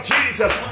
Jesus